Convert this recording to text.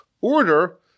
order